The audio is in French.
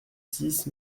six